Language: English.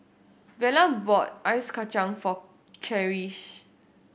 Vela bought Ice Kachang for Charisse